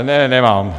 Ne, nemám.